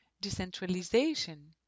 decentralization